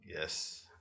Yes